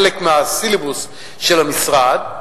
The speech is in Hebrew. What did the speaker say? חלק מהסילבוס של המשרד,